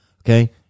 Okay